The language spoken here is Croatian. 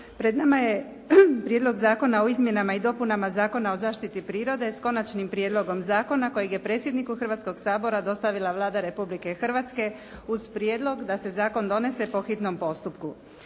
Pred nama je Prijedlog zakona o izmjenama i dopunama Zakona o zaštiti prirode, s konačnim prijedlogom zakona, kojeg je predsjedniku Hrvatskoga sabora dostavila Vlada Republike Hrvatske uz prijedlog da se zakon donese po hitnom postupku.